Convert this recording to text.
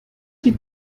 die